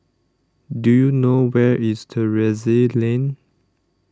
Do YOU know Where IS Terrasse Lane